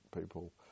people